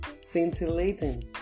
scintillating